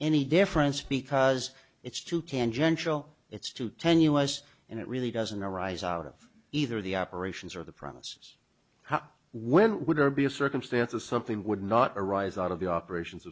any difference because it's too tangential it's too ten us and it really doesn't arise out of either the operations or the promises how women would or be a circumstance of something would not arise out of the operations